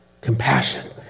Compassion